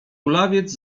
kulawiec